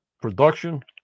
production